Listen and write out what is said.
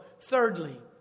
thirdly